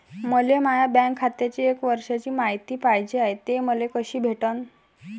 मले माया बँक खात्याची एक वर्षाची मायती पाहिजे हाय, ते मले कसी भेटनं?